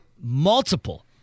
Multiple